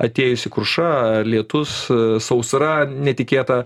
atėjusi kruša lietus sausra netikėta